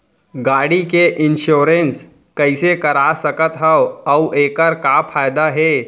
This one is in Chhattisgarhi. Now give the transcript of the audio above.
गाड़ी के इन्श्योरेन्स कइसे करा सकत हवं अऊ एखर का फायदा हे?